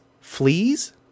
Fleas